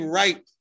right